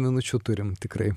minučių turim tikrai